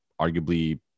arguably